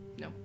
no